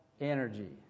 energy